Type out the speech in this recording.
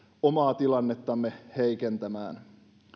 omaa tilannettamme heikentämään